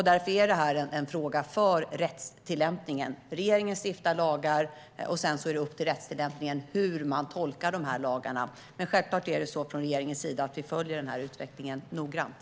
Därför är det här en fråga för rättstillämpningen. Riksdagen stiftar lagar, och sedan är det upp till rättstillämpningen att avgöra hur man tolkar dessa lagar. Men självklart följer regeringen den här utvecklingen noggrant.